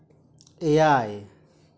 ᱮᱭᱟᱭ